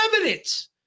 evidence